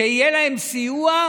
שיהיה להם סיוע,